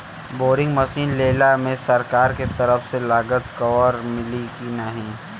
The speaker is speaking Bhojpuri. बोरिंग मसीन लेला मे सरकार के तरफ से लागत कवर मिली की नाही?